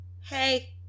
Hey